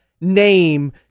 name